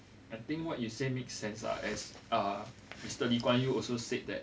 I think what you say make sense lah as uh mister lee kuan yew also said that